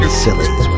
silly